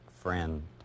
friend